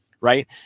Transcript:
right